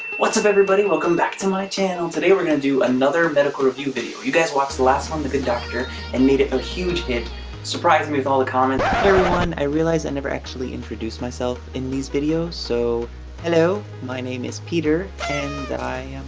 what's up everybody, welcome back to my channel today, we're gonna do another medical review video you guys watched the last one the good doctor and made it a huge hit surprised me of all the comments everyone i realized i've never actually introduced myself in these video. so hello. my name is peter and i